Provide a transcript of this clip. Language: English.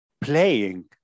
playing